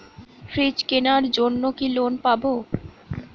Fridge কেনার জন্য কি লোন পাব?